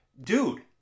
dude